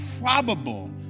probable